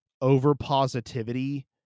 over-positivity